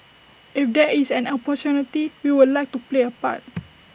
if there is an opportunity we would like to play A part